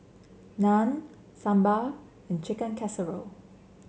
Naan Sambar and Chicken Casserole